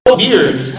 weird